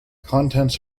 contents